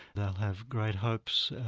they'll have great hopes,